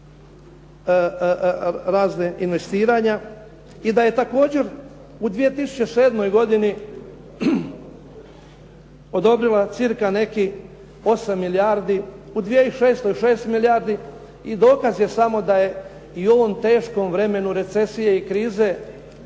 razna investiranja i da je također u 2007. godini odobrila cca nekih 8 milijardi, u 2006. šest milijardi i dokaz je samo da je i u ovom teškom vremenu recesije i krize